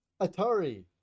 Atari